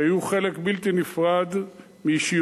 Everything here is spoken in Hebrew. שהיו חלק בלתי נפרד מאישיותו,